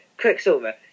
Quicksilver